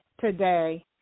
today